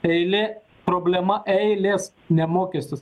eilė problema eilės ne mokestis